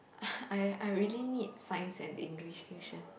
I I really need science and English tuition